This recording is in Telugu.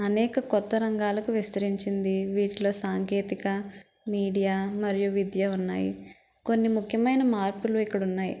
అనేక కొత్త రంగాలకు విస్తరించింది వీటిలో సాంకేతిక మీడియా మరియు విద్య ఉన్నాయి కొన్ని ముఖ్యమైన మార్పులు ఇక్కడ ఉన్నాయ్